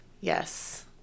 Yes